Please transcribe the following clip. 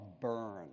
burn